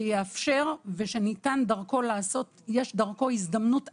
שיאפשר ושיש דרכו הזדמנות אדירה,